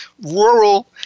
rural